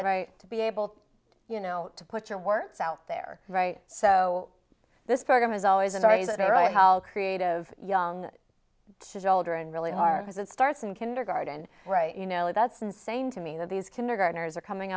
i to be able you know to put your words out there right so this program is always an argument right how creative young children really hard is it starts in kindergarten right you know that's insane to me that these kindergartners are coming